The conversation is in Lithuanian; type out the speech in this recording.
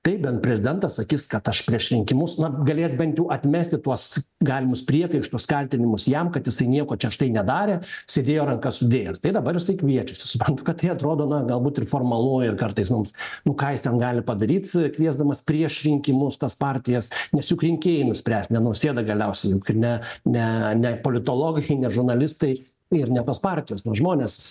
tai bent prezidentas sakys kad aš prieš rinkimus galės bent jau atmesti tuos galimus priekaištus kaltinimus jam kad jisai nieko čia štai nedarė sėdėjo rankas sudėjęs tai dabar jisai kviečiasi suprantu kad tai atrodo na galbūt ir formalu ir kartais mums nu ką jis ten gali padaryt kviesdamas prieš rinkimus tas partijas nes juk rinkėjai nuspręs ne nausėda galiausiai juk ir ne ne ne politologai ne žurnalistai ir ne tos partijos nu žmonės